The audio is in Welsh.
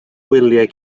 wyliau